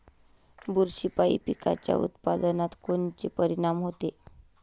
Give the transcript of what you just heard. बुरशीपायी पिकाच्या उत्पादनात कोनचे परीनाम होते?